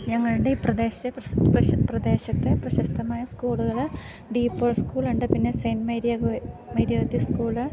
ഞങ്ങളുടെ ഈ പ്രദേശ പ്രശ പ്രശ പ്രദേശത്തെ പ്രശസ്തമായ സ്കൂളുകൾ ഡീപ്പോൾ സ്കൂളുണ്ട് പിന്നെ സെയിൻറ്റ് മേരിയ ഗോ മേരിയത് സ്കൂൾ